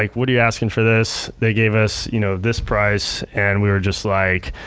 like what are you asking for this? they gave us you know this price and we were just like,